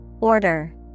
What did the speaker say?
Order